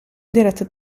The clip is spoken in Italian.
diretto